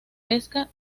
pesca